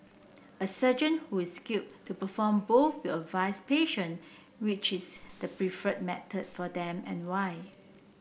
a surgeon who is skilled to perform both will advise patient which is the preferred method for them and why